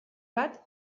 bat